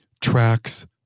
tracks